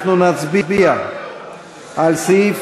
אנחנו נצביע על סעיף,